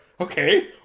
okay